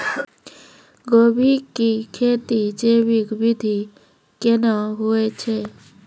गोभी की खेती जैविक विधि केना हुए छ?